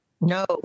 No